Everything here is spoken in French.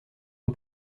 mon